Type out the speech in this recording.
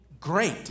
great